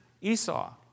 Esau